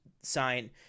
sign